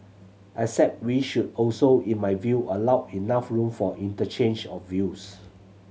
except we should also in my view allow enough room for interchange of views